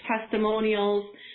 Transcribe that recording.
testimonials